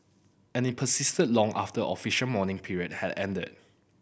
and it persisted long after official mourning period had ended